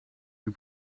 you